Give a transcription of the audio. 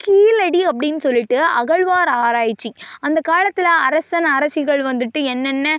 கீழடி அப்படின்னு சொல்லிட்டு அகழ்வார் ஆராய்ச்சி அந்த காலத்தில் அரசன் அரசிகள் வந்துட்டு என்னென்ன